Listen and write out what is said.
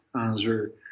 answer